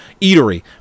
eatery